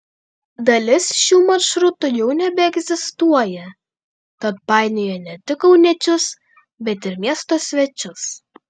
dalis šių maršrutų jau nebeegzistuoja tad painioja ne tik kauniečius bet ir miesto svečius